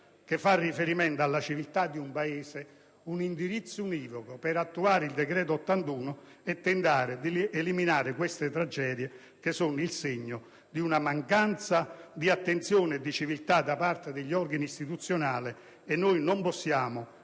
che fa riferimento alla civiltà di un Paese, un indirizzo univoco per attuare il decreto n. 81 nel tentativo di eliminare tragedie che sono il segno di una mancanza di attenzione e di civiltà da parte degli organi istituzionali. In merito, non possiamo